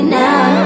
now